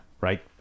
Right